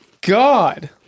God